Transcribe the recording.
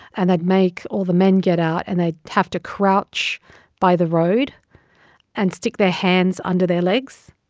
and they'd make all the men get out. and they'd have to crouch by the road and stick their hands under their legs.